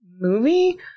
movie